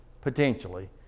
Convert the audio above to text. potentially